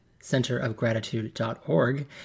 centerofgratitude.org